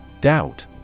Doubt